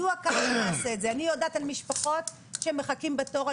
אני יודעת על משפחות שמחכים בתור.